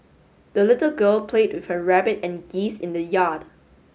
the little girl played with her rabbit and geese in the yard